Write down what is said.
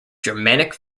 germanic